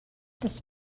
this